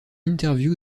interview